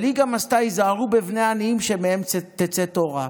אבל היא גם אמרה: היזהרו בבני עניים שמהם תצא תורה.